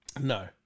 No